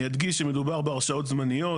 אני אדגיש שמדובר בהרשאות זמניות.